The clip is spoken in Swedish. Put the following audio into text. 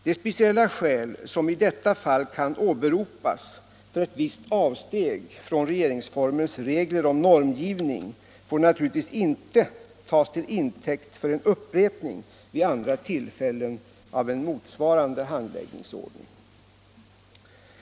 De speciella skäl som i detta fall kan åberopas för ett visst avsteg från regeringsformens regler om normgivning får naturligtvis inte tas till intäkt för en upprepning vid andra tillfällen av en motsvarande handläggningsordning.